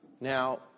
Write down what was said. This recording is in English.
Now